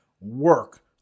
work